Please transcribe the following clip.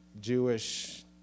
Jewish